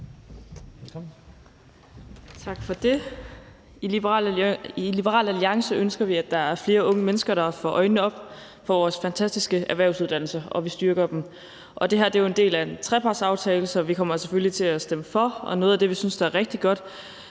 Tak for det. I Liberal Alliance ønsker vi, at der er flere unge mennesker, der får øjnene op for vores fantastiske erhvervsuddannelser, og at vi styrker dem. Og det her er en del af en trepartsaftale, så vi kommer selvfølgelig til at stemme for. Noget af det, vi synes er rigtig godt,